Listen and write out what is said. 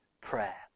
prayer